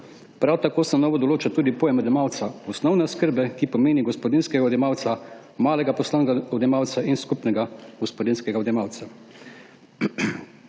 Prav tako se na novo določa tudi pojem odjemalca osnovne oskrbe, ki pomeni gospodinjskega odjemalca, malega poslovnega odjemalca in skupnega gospodinjskega odjemalca.